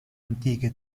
antiche